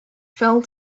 fell